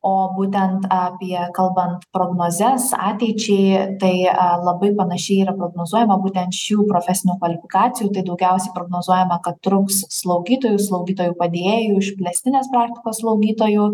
o būtent apie kalbant prognozes ateičiai tai labai panašiai yra prognozuojama būtent šių profesinių kvalifikacijų tai daugiausiai prognozuojama kad trūks slaugytojų slaugytojų padėjėjų išplėstinės praktikos slaugytojų